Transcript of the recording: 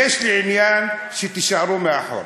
יש לי עניין שתישארו מאחור.